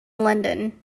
london